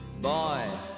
boy